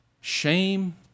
shame